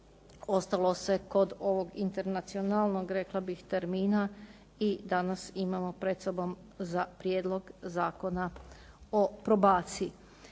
ostalo se kod ovog internacionalnog rekla bih termina i danas imamo pred sobom Prijedlog zakona o probaciji.